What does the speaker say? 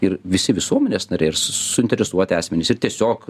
ir visi visuomenės nariai ir su suinteresuoti asmenys ir tiesiog